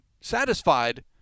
satisfied